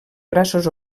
braços